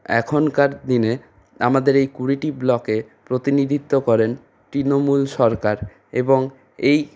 এখনকার দিনে আমাদের এই কুড়িটি ব্লকে প্রতিনিধিত্ব করেন তৃণমূল সরকার এবং এই